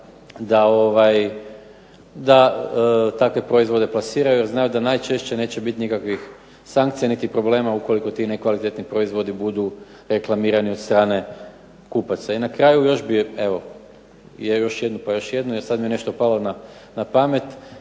da takve proizvode plasiraju jer znaju da najčešće neće biti nikakvih sankcija niti problema ukoliko ti nekvalitetni proizvodi budu reklamirani od strane kupaca. I na kraju još bih evo, još mi je nešto palo na pamet.